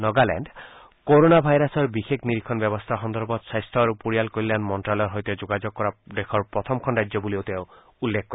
Nagaland corona ভাইৰাছৰ বিশেষ নিৰীক্ষণ ব্যৱস্থা সন্দৰ্ভত স্বাস্থ্য আৰু পৰিয়াল কল্যাণ মন্তালয়ৰ সৈতে যোগাযোগ কৰা প্ৰথমখন ৰাজ্য বুলিও তেওঁ উল্লেখ কৰে